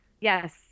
Yes